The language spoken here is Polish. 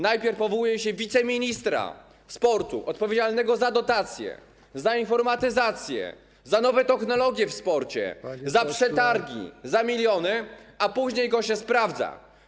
Najpierw powołuje się wiceministra sportu odpowiedzialnego za dotacje, za informatyzację, za nowe technologie w sporcie, za przetargi, za miliony, a później się go sprawdza.